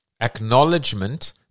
Acknowledgement